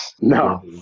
No